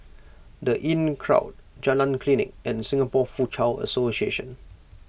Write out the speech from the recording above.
the Inncrowd Jalan Klinik and Singapore Foochow Association